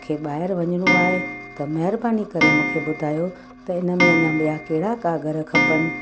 मूंखे ॿाहिरि वञिणो आहे त महिरबानी करे मूंखे ॿुधायो त इन में अञा ॿियां कहिड़ा काग़र खपनि